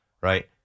right